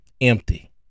empty